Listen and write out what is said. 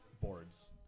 boards